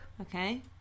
okay